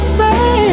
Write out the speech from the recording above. say